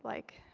like,